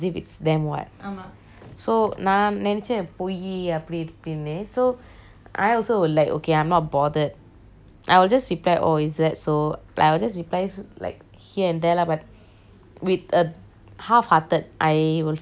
so நான் நினைச்சே பொய் அப்படி இப்படினு:naan neneche poi appadi ippadinu so I also will like okay I'm not bothered I will just reply oh is that so like I will just reply like here and there lah but with a half hearted I will feel like is it them or not